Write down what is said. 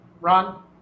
Ron